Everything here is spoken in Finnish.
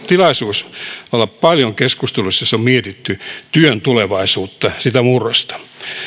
tilaisuus olla paljon keskusteluissa joissa on mietitty työn tulevaisuutta sitä murrosta